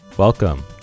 Welcome